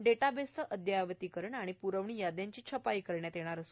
डाटाबेसचे अद्ययावतीकरण आणि प्रवणी याद्यांची छपाई करण्यात येणार आहे